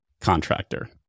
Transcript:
contractor